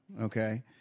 okay